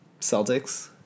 Celtics